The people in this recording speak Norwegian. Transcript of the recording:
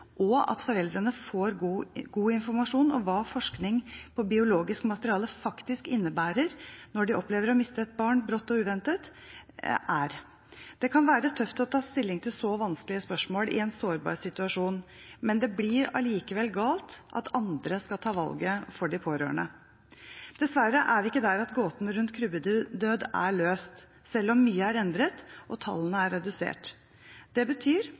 og at foreldrene får god informasjon om hva forskning på biologisk materiale faktisk innebærer når de opplever å miste et barn brått og uventet, er viktig. Det kan være tøft å ta stilling til så vanskelige spørsmål i en sårbar situasjon, men det blir allikevel galt at andre skal ta valget for de pårørende. Dessverre er vi ikke der at gåten rundt krybbedød er løst, selv om mye er endret og tallene er redusert. Det betyr